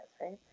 right